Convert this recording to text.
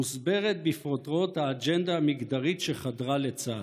מוסברת בפרוטרוט האג'נדה המגדרית שחדרה לצה"ל.